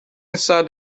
inside